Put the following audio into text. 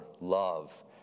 love